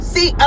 See